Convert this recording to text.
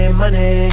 money